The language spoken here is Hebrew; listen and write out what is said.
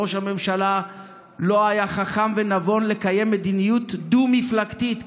ראש הממשלה לא היה חכם ונבון לקיים מדיניות דו-מפלגתית,